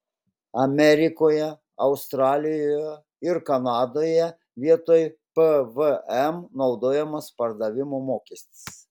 amerikoje australijoje ir kanadoje vietoj pvm naudojamas pardavimo mokestis